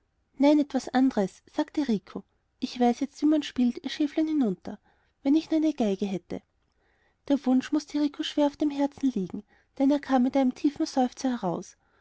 nein etwas anderes sagte rico ich weiß jetzt wie man spielt ihr schäflein hinunter wenn ich nur eine geige hätte der wunsch mußte rico schwer auf dem herzen liegen denn er kam mit einem tiefen seufzer heraus